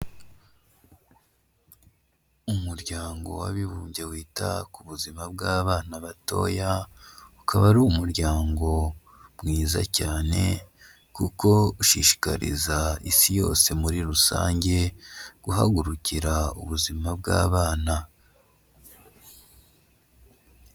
Umuryango w'abibumbye wita ku buzima bw'abana batoya, ukaba ari umuryango mwiza cyane kuko ushishikariza isi yose muri rusange guhagurukira ubuzima bw'abana.